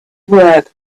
work